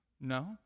No